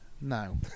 No